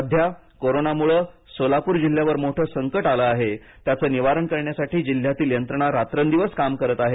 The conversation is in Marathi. सध्या कोरोनामुळे सोलापूर जिल्ह्यावर मोठं संकट आलं आहे त्याचं निवारण करण्यासाठी जिल्हयातील यंत्रणा रात्रंदिवस काम करत आहे